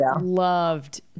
loved